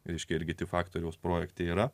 iškirpkite faktoriaus projekte yra